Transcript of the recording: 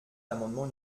l’amendement